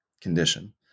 condition